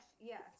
yes